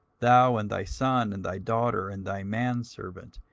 thou, and thy son, and thy daughter, and thy manservant,